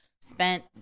spent